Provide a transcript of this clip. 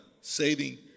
saving